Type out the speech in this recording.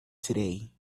today